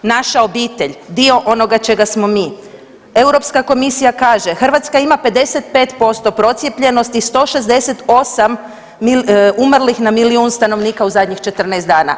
Naša obitelj, dio onoga čega smo mi, Europska komisija kaže, Hrvatska ima 55% procijepljenosti, 168 umrlih na milijun stanovnika u zadnjih 14 dana.